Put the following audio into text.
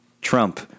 Trump